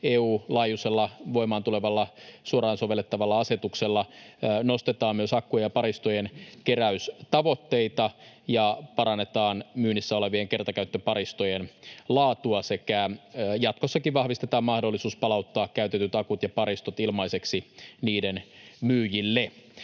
EU-laajuisesti voimaan tulevalla suoraan sovellettavalla asetuksella nostetaan myös akkujen ja paristojen keräystavoitteita ja parannetaan myynnissä olevien kertakäyttöparistojen laatua sekä jatkossakin vahvistetaan mahdollisuus palauttaa käytetyt akut ja paristot ilmaiseksi niiden myyjille.